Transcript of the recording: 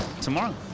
tomorrow